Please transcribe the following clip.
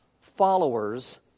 followers